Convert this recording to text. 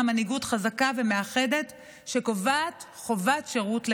מנהיגות חזקה ומאחדת שקובעת חובת שירות לכולם.